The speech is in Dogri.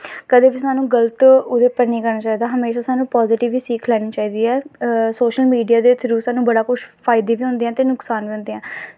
कदें बी सानूं गल्त ओह्दे पर निं करना चाहिदा म्हैशा सानूं पाज़िटिव ही सिक्ख लैनी चाहिदी ऐ सोशल मिडिया दे थ्रू बड़ा कुछ सानूं फायदे बी होंदे न ते नुकसान बी होंदे न